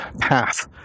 path